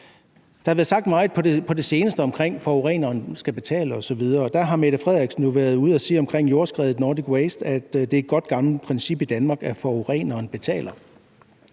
seneste blevet sagt meget om, at forureneren skal betale osv. Statsministeren har jo været ude at sige om Nordic Waste og jordskredet, at det er et godt, gammelt princip i Danmark, at forureneren betaler.